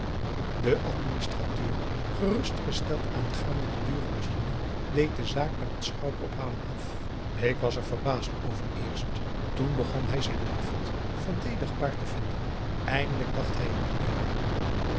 de administrateur gerustgesteld aangaande de dure machine deed de zaak met een schouderophalen af bake was er verbaasd over eerst toen begon hij zijn drift verdedigbaar te vinden eindelijk dacht hij er niet meer aan